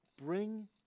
Bring